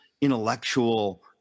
intellectual